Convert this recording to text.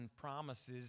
promises